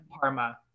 Parma